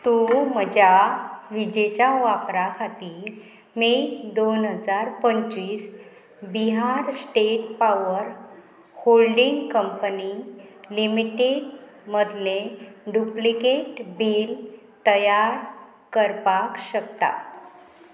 तूं म्हज्या विजेच्या वापरा खातीर मे दोन हजार पंचवीस Bihar state power holding company limited मदले डुप्लिकेट बील तयार करपाक शकता